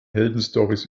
heldenstorys